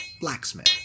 Blacksmith